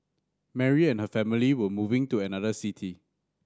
Mary and her family were moving to another city